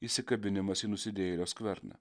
įsikabinimas į nusidėjėlio skverną